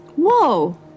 Whoa